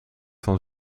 van